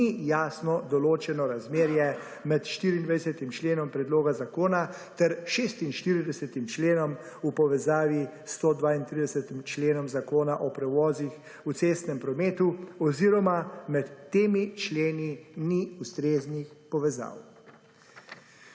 ni jasno določeno razmerje med 24. členom predloga zakona ter 46. členom v povezavi s 132. členom zakona o prevozih v cestnem prometu oziroma med temi členi ni ustreznih povezav.